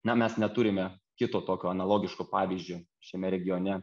na mes neturime kito tokio analogiško pavyzdžio šiame regione